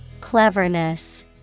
Cleverness